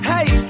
Hey